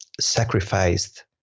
sacrificed